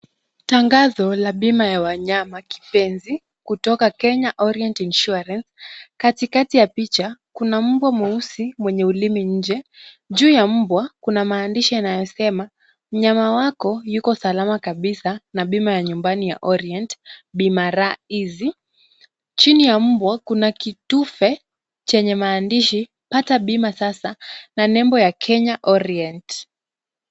Tangazo la bima la wanyama kipenzi kutoka Kenya Orient Insurance. Katikati ya picha kuna mbwa mweusi mwenye ulimi nje, juu ya mbwa kuna maandishi yanayosema mnyama wako yuko salama kabisa na bima ya nyumbani ya orient , bima rahisi. Chini ya mbwa kuna kitufe chenye maandishi pata bima sasa na nembo ya Kenya Orient.